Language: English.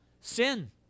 sin